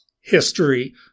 history